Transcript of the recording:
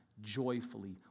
joyfully